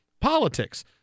politics